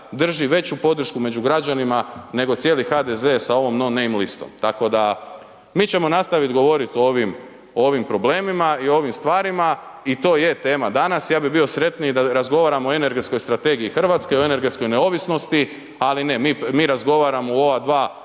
drži veću podršku među građanima nego cijeli HDZ sa ovom no name listom, tako da mi ćemo nastavit govorit o ovim problemima i o ovima stvarima i to je tema danas, ja bi bio sretniji da razgovaramo o energetskoj strategiji Hrvatske, o energetskoj neovisnosti ali ne, mi razgovaramo u ova dva